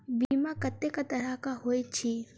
बीमा कत्तेक तरह कऽ होइत छी?